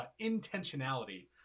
intentionality